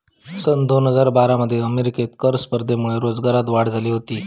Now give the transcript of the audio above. सन दोन हजार बारा मध्ये अमेरिकेत कर स्पर्धेमुळे रोजगारात वाढ झालेली होती